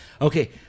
okay